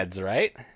right